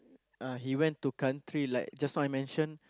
uh he went to country like just now I mention